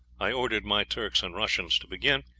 i ordered my turks and russians to begin,